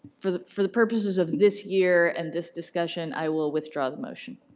for the for the purposes of this year and this discussion i will withdraw the motion.